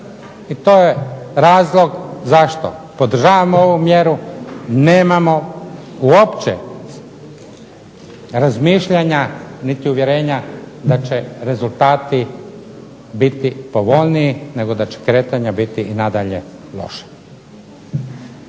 i to je razlog zašto podržavamo ovu mjeru, nemamo uopće razmišljanja niti uvjerenja da će rezultati biti povoljniji, nego da će kretanja biti i nadalje loša.